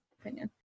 opinion